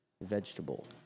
vegetable